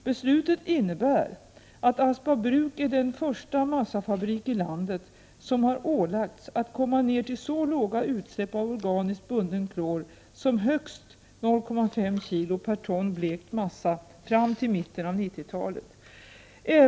Beslutet innebär att Aspa bruk är den första massafabrik i landet som har ålagts att komma ned till så låga utsläpp av organiskt bunden klor som högst 0,5 kg per ton blekt massa fram till mitten av 1990-talet.